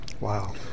Wow